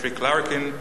Patrick Larkin,